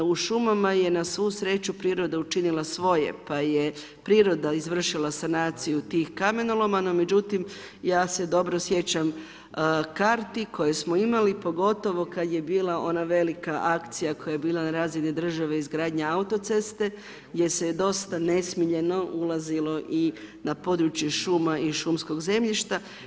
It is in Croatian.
Da u šumama je na svu sreću priroda učinila svoje pa je priroda izvršila sanaciju tih kamenoloma, no međutim ja se dobro sjećam karti koje smo imali, pogotovo kad je bila ona velika akcija koja je bila na razini države, izgradnja autoceste, gdje se dosta nesmiljeno ulazilo i na područje šuma i šumskog zemljišta.